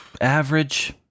Average